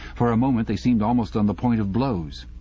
for a moment they seemed almost on the point of blows.